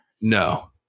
No